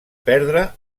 perdre